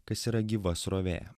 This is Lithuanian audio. kas yra gyva srovė